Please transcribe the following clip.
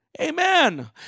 Amen